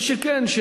מה שכן,